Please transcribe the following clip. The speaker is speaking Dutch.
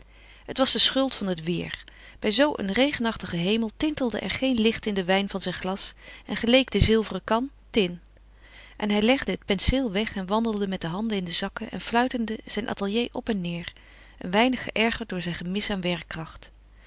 het was de schuld van het weêr bij zoo een regenachtigen hemel tintelde er geen licht in den wijn van zijn glas en geleek de zilveren kan tin en hij legde het penseel weg en wandelde met de handen in de zakken en fluitende zijn atelier op en neêr een weinig geërgerd door zijn gemis aan werkkracht